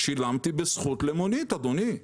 שילמתי בזכות למונית, אדוני.